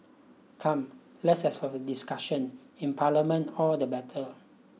come let's have for the discussion in Parliament all the better